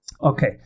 Okay